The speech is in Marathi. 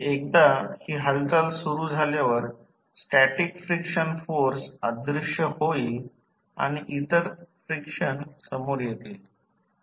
एकदा ही हालचाल सुरू झाल्यावर स्टॅटिक फ्रिक्शनल फोर्स अदृश्य होईल आणि इतर फ्रिक्शन समोर येतील